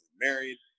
Married